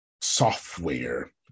software